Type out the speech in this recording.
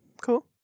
Cool